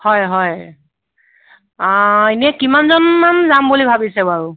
হয় হয় এনেই কিমানজনমান যাম বুলি ভাবিছে বাৰু